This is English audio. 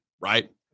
right